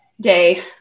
day